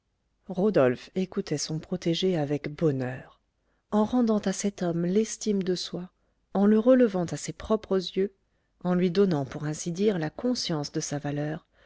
rodolphe écoutait son protégé avec bonheur en rendant à cet homme l'estime de soi en le relevant à ses propres yeux en lui donnant pour ainsi dire la conscience de sa valeur